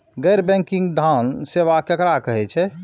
गैर बैंकिंग धान सेवा केकरा कहे छे?